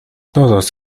todos